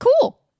Cool